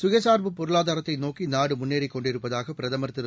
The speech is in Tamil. சுயசார்பு பொருளாதாரத்தை நோக்கி நாடு முன்னேறிக் கொண்டிருப்பதாக பிரதமர் திரு